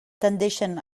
tendeixen